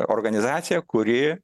organizaciją kuri